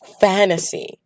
fantasy